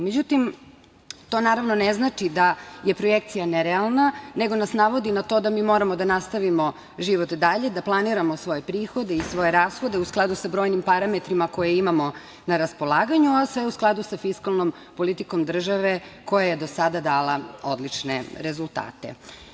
Međutim, to naravno ne znači da je projekcija nerealna, nego nas navodi na to da mi moramo da nastavimo život dalje, da planiramo svoje prihode i svoje rashode u skladu sa brojnim parametrima koje imamo na raspolaganju, a sve u skladu sa fiskalnom politikom države koja je do sada dala odlične rezultate.